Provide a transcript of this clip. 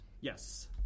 Yes